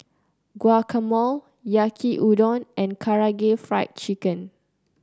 Guacamole Yaki Udon and Karaage Fried Chicken